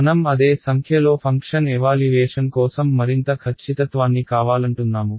మనం అదే సంఖ్యలో ఫంక్షన్ ఎవాల్యుయేషన్ కోసం మరింత ఖచ్చితత్వాన్ని కావాలంటున్నాము